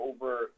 over